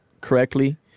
correctly